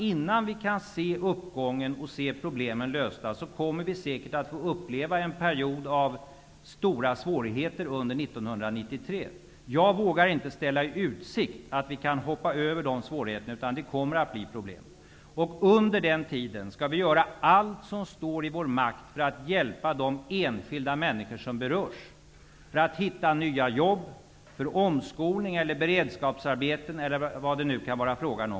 Innan vi kan se uppgången och se problemen lösta kommer vi dess värre att få uppleva en period under 1993 med stora svårigheter. Jag vågar inte ställa i utsikt att vi kan komma undan dessa svårigheter, utan det kommer att bli problem. Under den tiden skall vi göra allt som står i vår makt för att hjälpa de enskilda människor som berörs att hitta nya jobb, erbjuda omskolning, beredskapsarbeten eller vad det nu kan vara fråga om.